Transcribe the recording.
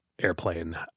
airplane